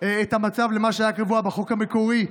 את המצב למה שהיה קבוע בחוק המקורי,